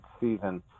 season